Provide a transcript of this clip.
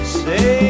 say